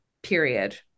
period